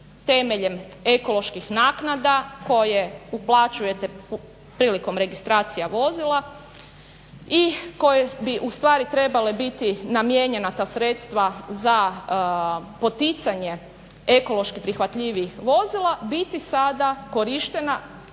temeljem ekoloških naknada koje uplaćujete prilikom registracija vozila i koje bi ustvari trebale biti namijenjena ta sredstva za poticanje ekološki prihvatljivijih vozila biti sada korištena